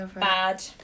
Bad